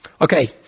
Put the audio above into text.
Okay